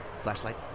Flashlight